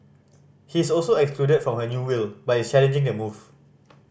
he's also excluded from her new will but is challenging the move